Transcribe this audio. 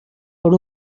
per